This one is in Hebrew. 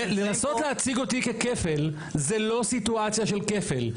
ולנסות להציג אותו ככפל, זו לא סיטואציה של כפל.